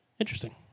Interesting